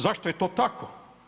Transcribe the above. Zašto je to tako?